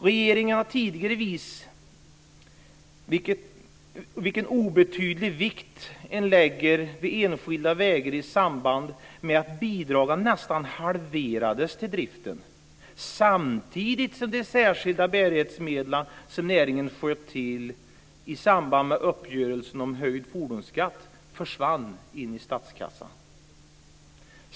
Regeringen har tidigare visat vilken obetydlig vikt den lägger vid enskilda vägar i samband med att bidragen till driften nästan halverades samtidigt som de särskilda bärighetsmedel som näringen sköt till i samband med uppgörelsen om höjd fordonsskatt försvann in i statskassan.